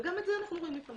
וגם את זה אנחנו רואים לפעמים.